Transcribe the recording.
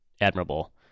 admirable